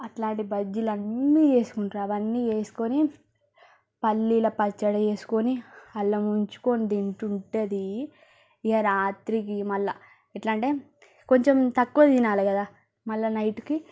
అట్లాంటి బజ్జీలు అన్ని చేసుకుంటారు అవన్నీ వేసుకొని పల్లీల పచ్చడి వేసుకొని అల్ల ముంచుకొని తింటుంటే అది ఇక రాత్రికి మళ్ళీ ఎట్లా అంటే కొంచెం తక్కువ తినాలి కదా మళ్ళీ నైట్కి